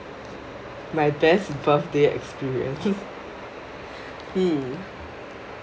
my best birthday experience hmm